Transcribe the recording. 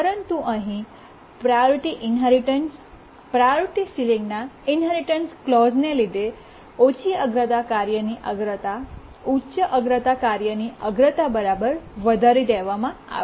પરંતુ અહીં priority inheritance priority ceiling ના ઇન્હેરિટન્સ ક્લૉજ઼ ને લીધે ઓછી અગ્રતા કાર્યની અગ્રતા ઉચ્ચ અગ્રતા કાર્યની અગ્રતા બરાબર વધારી દેવામાં આવે છે